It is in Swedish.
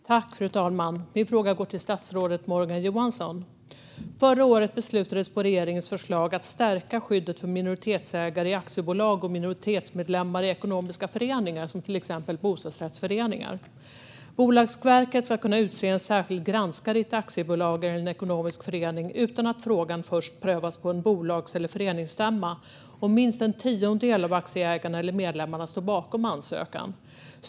Fru talman! Min fråga går till statsrådet Morgan Johansson. Förra året beslutades på regeringens förslag att stärka skyddet för minoritetsägare i aktiebolag och minoritetsmedlemmar i ekonomiska föreningar, till exempel bostadsrättsföreningar. Bolagsverket ska kunna utse en särskild granskare i ett aktiebolag eller en ekonomisk förening utan att frågan först prövas på en bolags eller föreningsstämma och utan att minst en tiondel av aktieägarna eller medlemmarna står bakom ansökan.